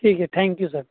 ٹھیک ہے thank you sir